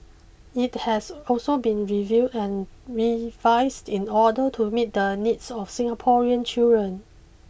it has also been reviewed and revised in order to meet the needs of Singaporean children